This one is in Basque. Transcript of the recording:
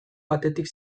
batetik